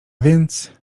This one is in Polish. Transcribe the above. więc